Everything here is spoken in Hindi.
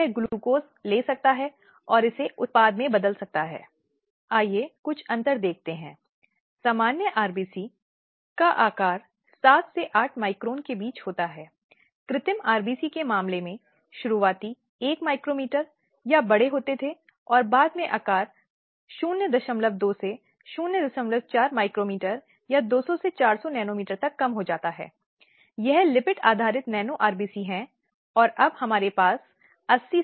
क्योंकि उसे पति और ससुराल वालों के परिवार के लिए ज्यादा दहेज लाने के लिए मजबूर किया जाता है और कई बार लगातार मांगें पूरी न कर पाने के कारण उसे अपनी जान से हाथ धोना पड़ता है